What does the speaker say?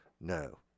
No